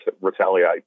retaliate